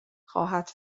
خواهد